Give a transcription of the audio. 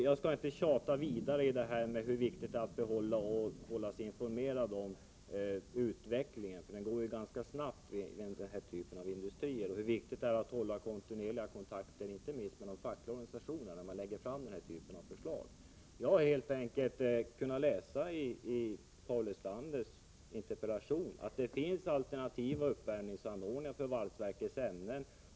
Jag skall inte tjata vidare om hur viktigt det är att hålla sig informerad om utvecklingen — den går ju snabbt i den här typen av industri — och hur viktigt det är att hålla kontinuerliga kontakter, inte minst med fackliga organisationer, när man lägger fram sådana här förslag. Jag har helt enkelt kunnat läsa i Paul Lestanders interpellation att det finns alternativa uppvärmningsanordningar för valsverkets ämnen.